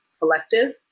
collective